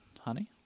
Honey